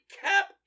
cap